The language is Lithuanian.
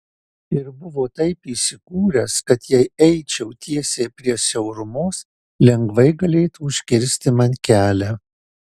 ir buvo taip įsikūręs kad jei eičiau tiesiai prie siaurumos lengvai galėtų užkirsti man kelią